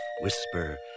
whisper